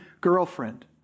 girlfriend